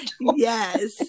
Yes